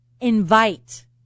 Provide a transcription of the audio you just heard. invite